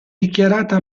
dichiarata